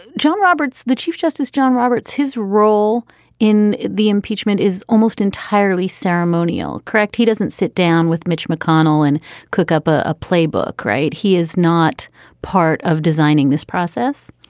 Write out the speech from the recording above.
and john roberts, the chief justice, john roberts, his role in the impeachment is almost entirely ceremonial correct. he doesn't sit down with mitch mcconnell and cook up a playbook. right. he is not part of designing this process